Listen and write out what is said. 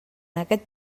aquest